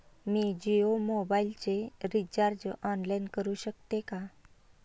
मी जियो मोबाइलचे recharge online करू शकते का?